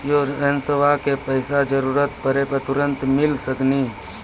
इंश्योरेंसबा के पैसा जरूरत पड़े पे तुरंत मिल सकनी?